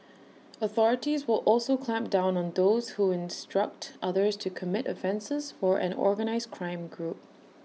authorities will also clamp down on those who instruct others to commit offences for an organised crime group